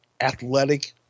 athletic